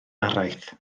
araith